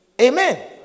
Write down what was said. Amen